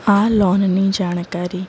આ લોનની જાણકારી